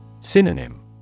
Synonym